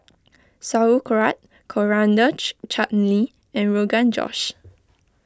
Sauerkraut Coriander Chutney and Rogan Josh